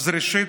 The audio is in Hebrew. ראשית,